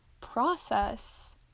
process